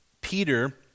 Peter